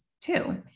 two